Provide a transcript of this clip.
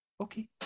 Okay